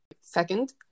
Second